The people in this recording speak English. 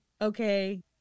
okay